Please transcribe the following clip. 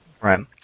Right